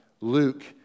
Luke